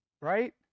Right